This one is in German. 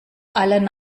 allen